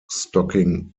stocking